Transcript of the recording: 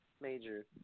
Major